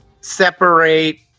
separate